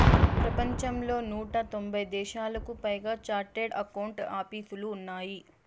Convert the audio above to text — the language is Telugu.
ప్రపంచంలో నూట తొంభై దేశాలకు పైగా చార్టెడ్ అకౌంట్ ఆపీసులు ఉన్నాయి